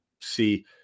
see